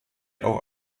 auch